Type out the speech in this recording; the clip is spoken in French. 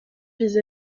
vis